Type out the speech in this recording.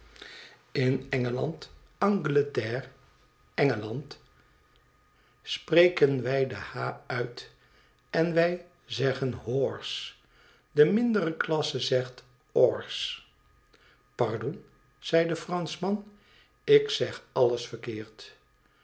in engeland angleterre engeland spreken wij de h uit en wij zeggen ihorse de mmdere klasse zegt torse pardon zei de franschman ik zeg alles verkeerd